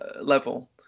level